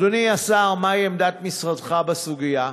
אדוני השר, מהי עמדת משרדך בסוגיה?